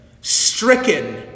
stricken